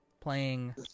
playing